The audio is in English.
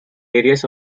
various